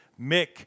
Mick